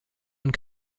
und